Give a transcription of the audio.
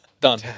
Done